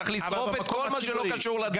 צריך לשרוף את כל מה שלא קשור לדת.